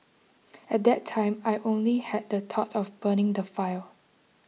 at that time I only had the thought of burning the file